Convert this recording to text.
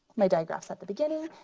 my digraph's at the beginning.